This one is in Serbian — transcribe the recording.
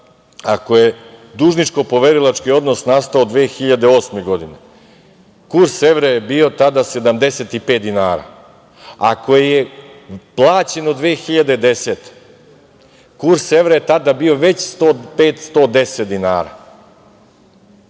ako je dužničko-poverilački odnos nastao 2008. godine, kurs evra je bio tada 75 dinara, ako je plaćeno 2010. godine, kurs evra je tada bio već 105-110 dinara,